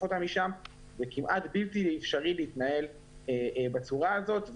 אותם משם וכמעט בלתי אפשרי להתנהל בצורה הזאת.